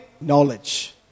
Knowledge